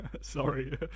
sorry